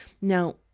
Now